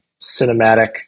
cinematic